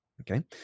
Okay